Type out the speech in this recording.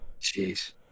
jeez